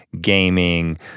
gaming